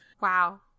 Wow